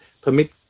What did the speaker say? permit